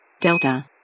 Delta